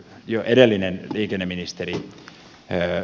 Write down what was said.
jo edellinen liikenneministeri enää